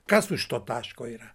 kas už to taško yra